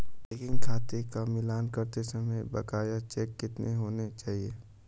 Checking खाते का मिलान करते समय बकाया चेक कितने होने चाहिए?